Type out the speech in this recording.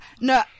No